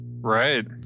Right